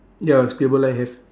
ya scribble line have